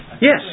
Yes